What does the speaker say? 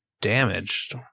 damaged